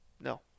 no